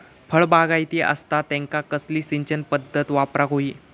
फळबागायती असता त्यांका कसली सिंचन पदधत वापराक होई?